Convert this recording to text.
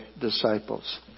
disciples